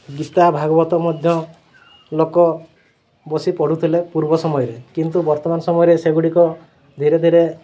ଗୀତା ଭାଗବତ ମଧ୍ୟ ଲୋକ ବସି ପଢ଼ୁଥିଲେ ପୂର୍ବ ସମୟରେ କିନ୍ତୁ ବର୍ତ୍ତମାନ ସମୟରେ ସେଗୁଡ଼ିକ ଧୀରେ ଧୀରେ